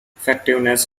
effectiveness